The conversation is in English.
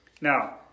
Now